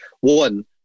one